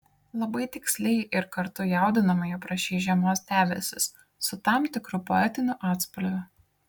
labai tiksliai ir kartu jaudinamai aprašei žiemos debesis su tam tikru poetiniu atspalviu